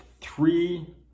three